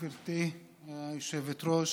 גברתי היושבת-ראש,